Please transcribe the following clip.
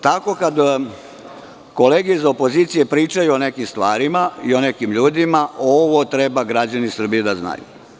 Tako kad kolege iz opozicije pričaju o nekim stvarima i o nekim ljudima, ovo treba građani Srbije da znaju.